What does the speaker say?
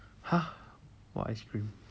!huh! what ice cream